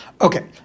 Okay